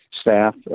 staff